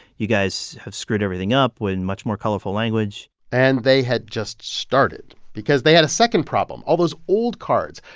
you guys have screwed everything up, with and much more colorful language and they had just started because they had a second problem all those old cards.